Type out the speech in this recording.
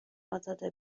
ازاده